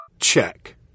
Check